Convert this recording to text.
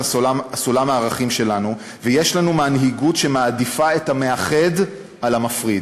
סולם הערכים שלנו ויש לנו מנהיגות שמעדיפה את המאחד על המפריד.